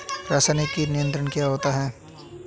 रसायनिक कीट नियंत्रण क्या होता है?